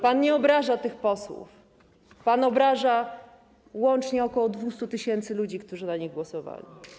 Pan nie obraża tych posłów, pan obraża łącznie ok. 200 tys. ludzi, którzy na nich głosowali.